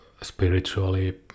spiritually